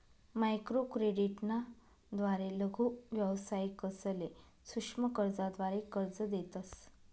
microcredit ना द्वारे लघु व्यावसायिकसले सूक्ष्म कर्जाद्वारे कर्ज देतस